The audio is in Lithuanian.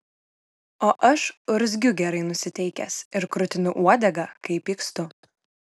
o aš urzgiu gerai nusiteikęs ir krutinu uodegą kai pykstu